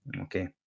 okay